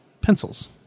pencils